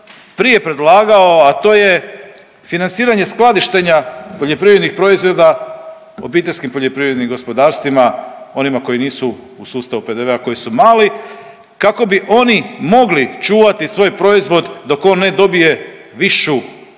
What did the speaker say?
prije predlagao, a to je financiranje skladištenja poljoprivrednih proizvoda OPG-ovima, onima koji nisu u sustavu PDV-a, koji su mali, kako bi oni mogli čuvati svoj proizvod dok on ne dobije višu cijenu,